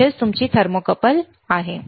ही tip तुमची thermocouple आहे